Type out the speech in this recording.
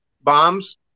bombs